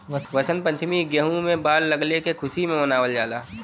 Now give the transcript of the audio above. वसंत पंचमी में गेंहू में बाल लगले क खुशी में मनावल जाला